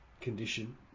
condition